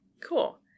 Cool